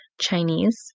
Chinese